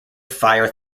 fire